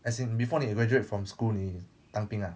as in before 你 graduate from school 你当兵 lah